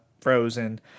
frozen